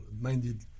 minded